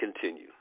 continue